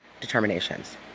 determinations